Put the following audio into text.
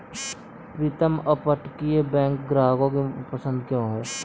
प्रीतम अपतटीय बैंक ग्राहकों की पसंद क्यों है?